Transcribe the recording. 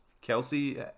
Kelsey